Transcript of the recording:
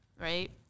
right